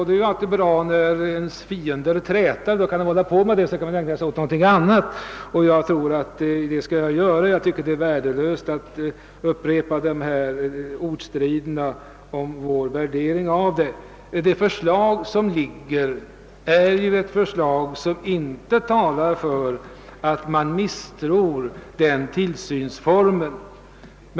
Det är ju alltid bra när ens fiender träter; man kan då själv ägna sig åt någonting annat. Jag tror att jag skall göra det, ty jag tycker att det är värdelöst att ta upp den här ordstriden om vår värdering. Det förslag som föreligger talar ju inte för att socialdemokraterna misstror den tillsynsformen.